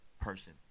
person